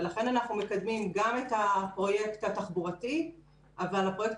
לכן אנחנו מקדמים גם את הפרויקט התחבורתי אבל הפרויקט